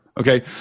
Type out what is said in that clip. Okay